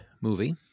movie